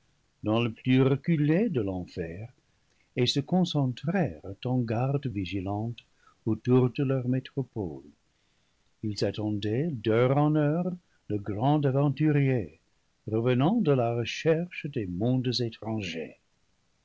dans le plus reculé de l'enfer et se concentrèrent en garde vigilante autour de leur métropole ils attendaient d'heure en heure le grand aventurier revenant de la recherche des mondes étrangers